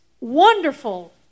wonderful